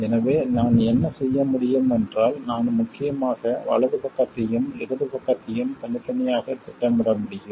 எனவே நான் என்ன செய்ய முடியும் என்றால் நான் முக்கியமாக வலது பக்கத்தையும் இடது பக்கத்தையும் தனித்தனியாக திட்டமிட முடியும்